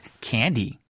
candy